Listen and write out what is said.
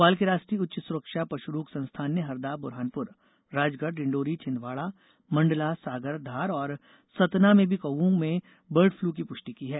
भोपाल के राष्ट्रीय उच्च सुरक्षा पशु रोग संस्थान ने हरदा बुरहानपुर राजगढ़ डिण्डौरी छिंदवाड़ा मण्डला सागर धार और सतना में भी कौओं में बर्ड फ़लू की पुष्टि की है